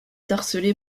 harcelé